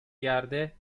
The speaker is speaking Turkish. yerde